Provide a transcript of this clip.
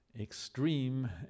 extreme